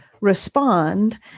respond